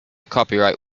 copyright